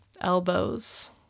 elbows